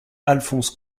alphonse